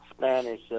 Spanish